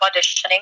auditioning